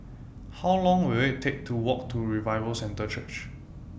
How Long Will IT Take to Walk to Revival Centre Church